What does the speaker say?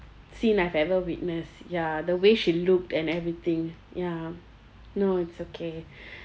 scene I've ever witnessed ya the way she looked and everything ya no it's okay